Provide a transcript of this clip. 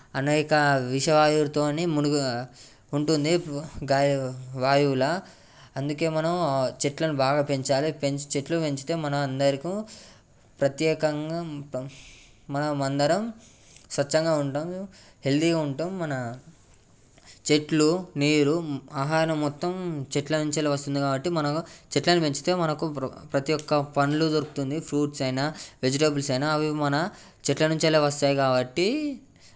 అనేక విష వాయువుతో మునుగు ఉంటుంది గాలి వాయువుల అందుకు మనం చెట్లను బాగా పెంచాలని పెంచి చెట్లు పెంచితే మన అందరికి ప్రత్యేకంగా మనం అందరం స్వచ్ఛంగా ఉంటాం హెల్తీగా ఉంటాం మన చెట్లునీరు ఆహారం మొత్తం చెట్ల నుంచి వస్తుంది కాబట్టి మనకు చెట్లను పెంచితే మనకు ప్రతి ఒక్క పళ్ళు దొరుకుతుంది ఫ్రూట్స్ అయినా వెజిటేబుల్స్ అయినా అవి మన చెట్ల నుంచే వస్తాయి కాబట్టి